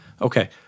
Okay